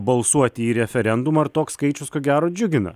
balsuoti į referendumą ir toks skaičius ko gero džiugina